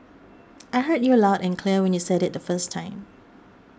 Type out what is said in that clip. I heard you loud and clear when you said it the first time